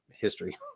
history